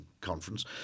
conference